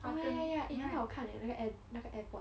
oh ya ya ya eh 那个好看耶那个 air 那个 airpod